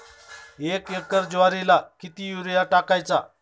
एक एकर ज्वारीला किती युरिया टाकायचा?